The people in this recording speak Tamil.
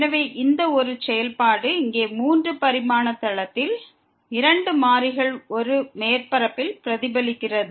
எனவே இந்த ஒரு செயல்பாடு இங்கே 3 பரிமாண தளத்தில் இரண்டு மாறிகள் ஒரு மேற்பரப்பில் பிரதிபலிக்கிறது